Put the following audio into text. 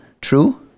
true